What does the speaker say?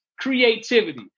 creativity